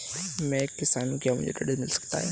मैं एक किसान हूँ क्या मुझे ऋण मिल सकता है?